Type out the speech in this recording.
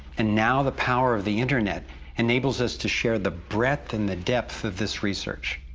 and now the power of the internet enables us to share the breadth and the depth of this research.